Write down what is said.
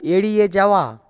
এড়িয়ে যাওয়া